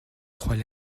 croix